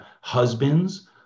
husbands